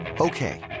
Okay